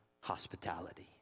hospitality